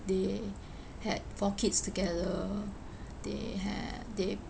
they had four kids together they had they